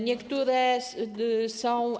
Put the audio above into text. Niektóre są.